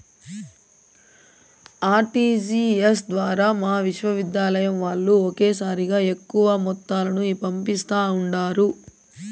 RTGS ద్వారా మా విశ్వవిద్యాలయం వాల్లు ఒకేసారిగా ఎక్కువ మొత్తాలను పంపిస్తా ఉండారు